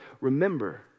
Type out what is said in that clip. remember